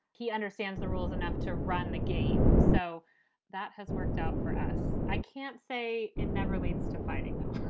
he understands the rules enough to run the game. so that has worked out for us i can't say it never leads to fighting,